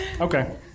okay